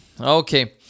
Okay